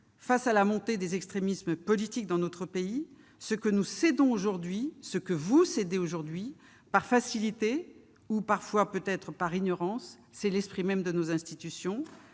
face à la montée des extrémismes politiques dans notre pays. Ce que nous cédons, ce que vous cédez aujourd'hui par facilité, ou parfois peut-être par ignorance, c'est l'esprit même de nos institutions